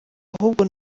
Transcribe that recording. ahubwo